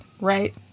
right